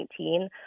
2019